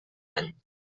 any